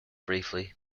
briefly